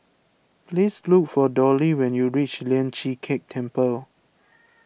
please look for Dolly when you reach Lian Chee Kek Temple